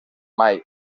mai